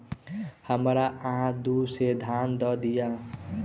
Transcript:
हमरा अहाँ दू सेर धान दअ दिअ